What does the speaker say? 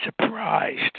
surprised